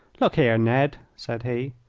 look here, ned, said he,